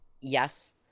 Yes